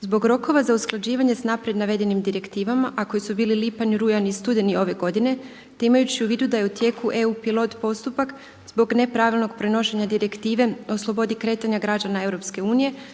Zbog rokova za usklađivanje s naprijed navedenim direktivama a koji su bili lipanj, rujan i studeni ove godine te imajući u vidu da je u tijeku EU pilot postupak zbog nepravilnog prenošenja direktive o slobodi kretanja građana EU